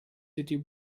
city